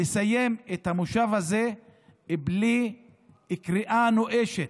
לסיים את המושב הזה בלי קריאה נואשת